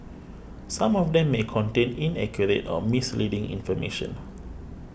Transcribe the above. some of them may contain inaccurate or misleading information